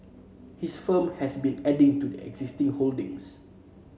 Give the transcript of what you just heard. his firm has been adding to its existing holdings